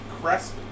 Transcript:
Crest